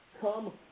Come